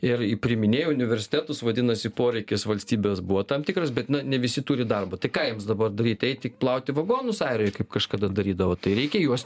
ir priiminėjo į universitetus vadinasi poreikis valstybės buvo tam tikras bet na ne visi turi darbo tai ką jiems dabar daryt eiti plauti vagonus airijoj kaip kažkada darydavo tai reikia juos